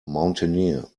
mountaineer